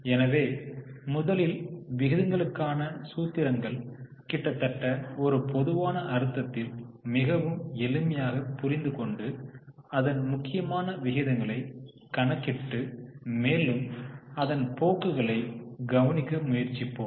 எனவே முதலில் விகிதங்களுக்கான சூத்திரங்கள் கிட்டத்தட்ட ஒரு பொதுவான அர்த்தத்தில் மிகவும் எளிமையாக புரிந்து கொண்டு அதன் முக்கியமான விகிதங்களை கணக்கிட்டு மேலும் அதன் போக்குகளைக் கவனிக்க முயற்சிப்போம்